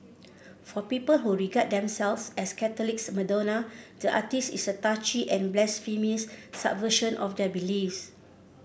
for people who regard themselves as Catholics Madonna the artiste is a touchy and blasphemous subversion of their beliefs